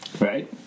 Right